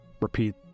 repeat